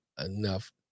enough